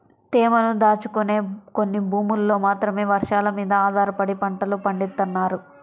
తేమను దాచుకునే కొన్ని భూముల్లో మాత్రమే వర్షాలమీద ఆధారపడి పంటలు పండిత్తన్నారు